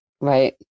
Right